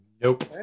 Nope